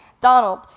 Donald